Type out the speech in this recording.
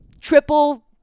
triple